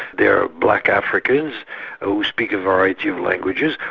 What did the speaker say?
they're black africans who speak a variety of languages,